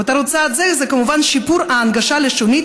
מטרת צעד זה היא שיפור ההנגשה הלשונית